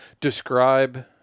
Describe